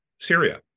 Syria